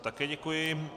Také děkuji.